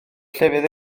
llefydd